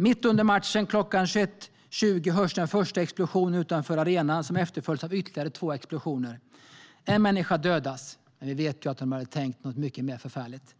Mitt under matchen kl. 21.20 hörs den första explosionen utanför arenan som efterföljs av ytterligare två explosioner. En människa dödas. Men vi vet att de hade tänkt göra något mycket mer förfärligt.